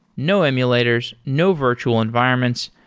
no emulators, no virtual environments.